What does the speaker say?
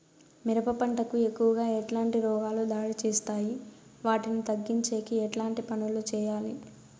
మిరప పంట కు ఎక్కువగా ఎట్లాంటి రోగాలు దాడి చేస్తాయి వాటిని తగ్గించేకి ఎట్లాంటి పనులు చెయ్యాలి?